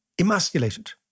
emasculated